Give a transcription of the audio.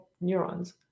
Neurons